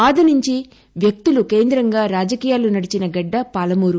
ఆదినుంచీ వ్యక్తులు కేందంగా రాజకీయాలు నడిచిన గడ్డ పాలమూరు